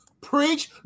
Preach